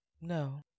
no